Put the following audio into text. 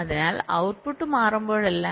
അതിനാൽ ഔട്ട്പുട്ട് മാറുമ്പോഴെല്ലാം